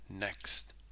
next